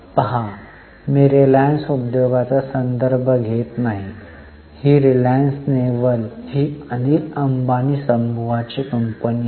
पहा मी रिलायन्स उद्योगांचा संदर्भ घेत नाही आहे ही रिलायन्स नेव्हल ही अनिल अंबानी समूहाची कंपनी आहे